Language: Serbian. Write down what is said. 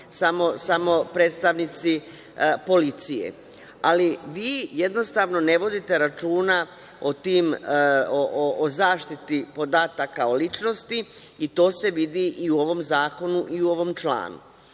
samo predstavnici policije. Ali, vi jednostavno ne vodite računa o zaštiti podataka o ličnosti i to se vidi i u ovom zakonu i u ovom članu. Na